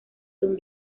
son